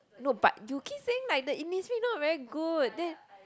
no but you keep saying like the Innisfree not very good then